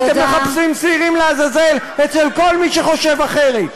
אתם מחפשים שעירים לעזאזל אצל כל מי שחושב אחרת.